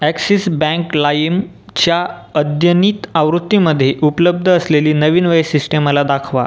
axis bank लाईमच्या अद्यनित आवृत्तीमध्ये उपलब्ध असलेली नवीन वैशिष्ट्ये मला दाखवा